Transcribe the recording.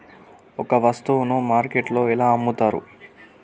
ఒక వస్తువును మార్కెట్లో ఎలా అమ్ముతరు?